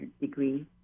degree